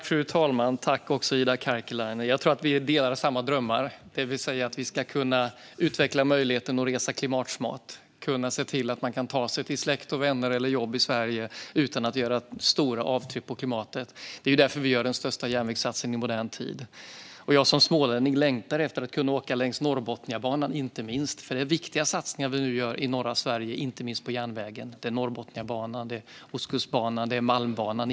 Fru talman! Jag tror att vi har samma drömmar, det vill säga att kunna utveckla möjligheten att resa klimatsmart och ta sig till släkt och vänner eller jobb i Sverige utan att göra stora avtryck på klimatet. Det är därför vi gör den största järnvägssatsningen i modern tid. Jag som smålänning längtar efter att kunna åka inte minst på Norrbotniabanan. Det är viktiga satsningar vi nu gör i norra Sverige, inte minst på järnvägen. Det är Norrbotniabanan, Ostkustbanan och Malmbanan.